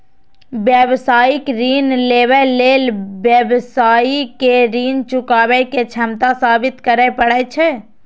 व्यावसायिक ऋण लेबय लेल व्यवसायी कें ऋण चुकाबै के क्षमता साबित करय पड़ै छै